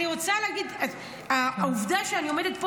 אני רוצה להגיד שהעובדה שאני עומדת פה